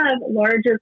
larger